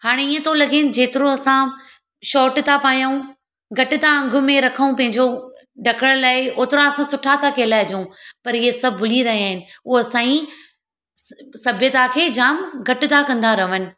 हाणे ईअं थो लॻेनि जेतिरो असां शोर्ट था पायूं घटि था अंग में रखूं पंहिंजो ढकण लाइ ओतिरा असां सुठा था कहिलाइ जूं पर इहो सभु भुली रहिया आहिनि उहो असांजी स सभ्यता खे जाम घटि था कंदा रहनि